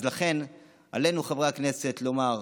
אז לכן עלינו, חברי הכנסת, לומר: